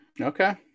Okay